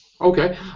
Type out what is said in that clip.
Okay